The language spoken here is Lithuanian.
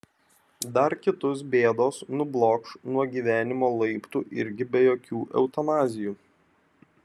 dar kitus bėdos nublokš nuo gyvenimo laiptų irgi be jokių eutanazijų